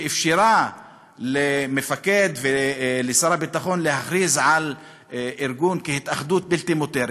שאפשרה למפקד ולשר הביטחון להכריז על ארגון כהתאחדות בלתי מותרת,